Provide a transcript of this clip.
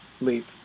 leap